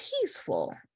peaceful